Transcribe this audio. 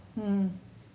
mm